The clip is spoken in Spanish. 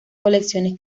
colecciones